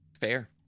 Fair